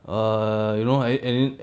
err you know I and then